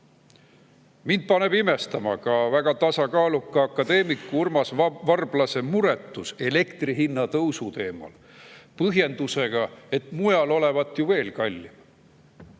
Mind paneb imestama ka väga tasakaaluka akadeemiku Urmas Varblase muretus elektri hinna tõusu teemal põhjendusega, et mujal olevat ju veel kallim.